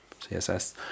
CSS